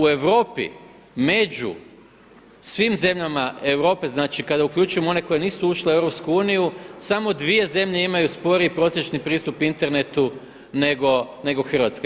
U Europi među svim zemljama Europe, znači kada uključujemo one koji nisu ušle u EU, samo dvije zemlje imaju spori prosječni pristup internetu nego Hrvatska.